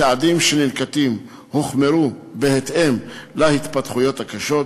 הצעדים שננקטים הוחמרו בהתאם להתפתחויות הקשות,